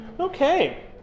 Okay